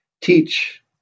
teach